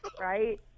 right